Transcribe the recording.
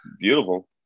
beautiful